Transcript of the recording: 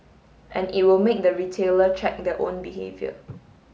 and it will make the retailer check their own behaviour